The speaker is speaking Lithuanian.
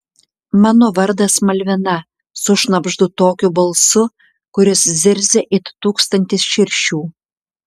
mano vardas malvina sušnabždu tokiu balsu kuris zirzia it tūkstantis širšių